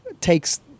takes